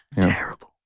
Terrible